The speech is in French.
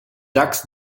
axes